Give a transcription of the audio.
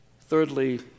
Thirdly